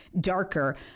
darker